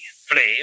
Flame